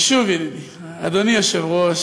ושוב ידידי, אדוני יושב-ראש,